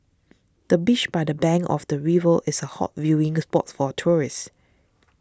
the bench by the bank of the river is a hot viewing spot for tourists